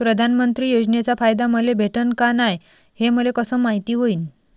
प्रधानमंत्री योजनेचा फायदा मले भेटनं का नाय, हे मले कस मायती होईन?